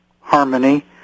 harmony